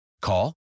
Call